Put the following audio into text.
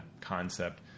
concept